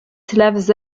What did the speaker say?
slaves